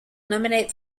nominate